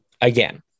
again